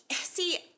See